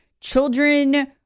children